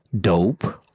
Dope